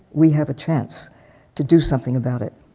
we have a chance to do something about it.